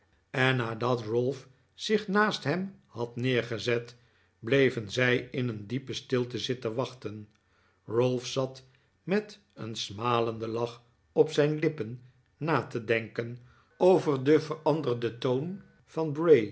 en nadat ralph zich naast hem had neergezet bleven zij in een diepe stilte zitten wachten ralph zat met een smalenden lach op zijn lippen na te denken over den veranderden toon van bray